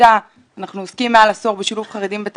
ואנחנו יודעים כמה גברים יש.